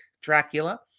Dracula